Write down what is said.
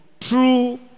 true